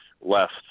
left